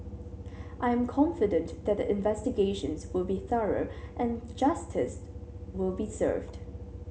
I'm confident that the investigations will be thorough and justice will be served